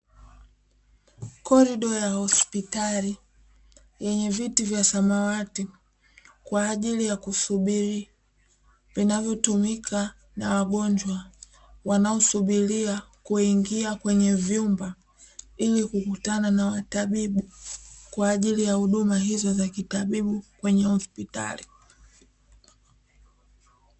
Korido ya hospitali yenye viti vya samawati kwa ajili ya kusubiri, vinavyotumika na wagonjwa wanaosubiria kuingia kwenye vyumba ili kukutana na watabibu kwa ajili ya huduma hizo za kitabibu kwenye hospitali.